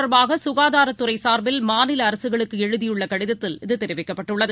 தொடர்பாகசுகாதாரத்துறைசார்பில் மாநிலஅரசுகளுக்குஎழுதியுள்ளகடிதத்தில் இது இது தெரிவிக்கப்பட்டுள்ளது